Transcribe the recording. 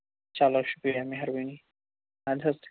چلو شُکریہ مہربٲنی اَدٕ حظ